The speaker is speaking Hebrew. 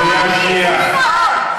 של המשפחה של החייל שנהרג,